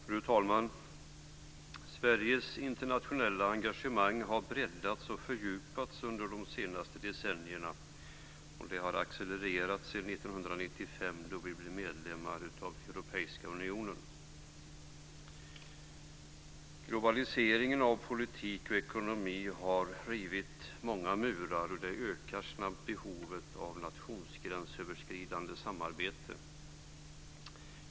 Fru talman! Sveriges internationella engagemang har breddats och fördjupats under de senaste decennierna, och det har accelererat sedan 1995, då vi blev medlemmar av Europeiska unionen. Globaliseringen av politik och ekonomi har rivit många murar, och det ökar snabbt behovet av nationsgränsöverskridande samarbete.